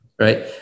right